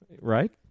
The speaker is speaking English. right